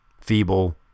feeble